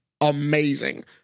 amazing